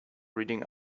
reading